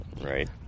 right